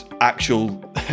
actual